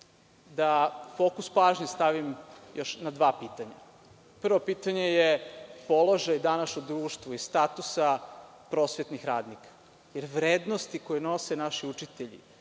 da fokus pažnje stavim još na dva pitanja. Prvo pitanje je položaj danas u društvu i status prosvetnih radnika. Vrednosti koje nose naši učitelji,